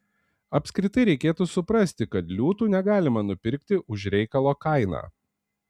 apskritai reikėtų suprasti kad liūtų negalima nupirkti už reikalo kainą